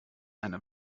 eine